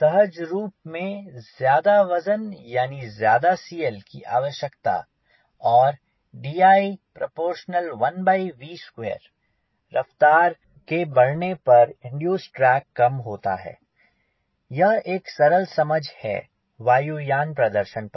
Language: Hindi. सहज रूप में ज्यादा वजन यानी ज्यादा C L की आवश्यकता और D i∝1 V 2 रफ्तार के बढ़ने पर इंड्यूसेड ड्रैग कम होता है यह एक सरल समझ है वायुयान के प्रदर्शन पर